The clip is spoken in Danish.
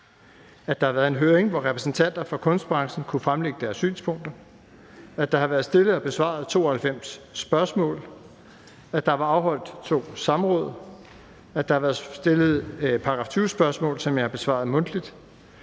at der har været en høring, hvor repræsentanter for kunstbranchen kunne fremlægge deres synspunkter, at der har været stillet og besvaret 92 spørgsmål, at der har været afholdt to samråd, og at der har været stillet § 20-spørgsmål, som jeg har besvaret mundtligt.